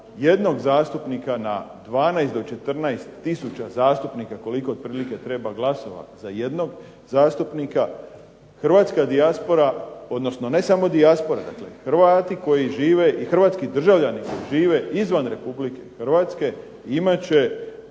jednog zastupnika na 12 do 14 tisuća zastupnika koliko otprilike treba glasovati za jednog zastupnika, hrvatska dijaspora, odnosno ne samo dijaspora, dakle Hrvati koji žive i hrvatski državljani koji žive izvan Republike Hrvatske imat će